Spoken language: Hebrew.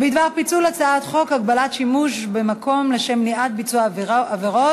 בדבר פיצול הצעת חוק הגבלת שימוש במקום לשם מניעת ביצוע עבירות